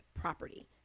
property